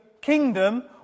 kingdom